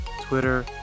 Twitter